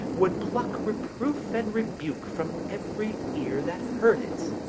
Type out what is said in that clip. would pluck reproof and rebuke from every ear that heard it.